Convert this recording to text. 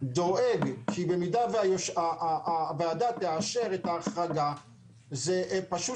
דואג כי במידה והוועדה תאשר את ההחרגה זה פשוט